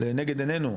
לנגד עינינו,